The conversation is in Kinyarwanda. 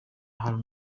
hantu